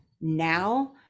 now